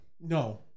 No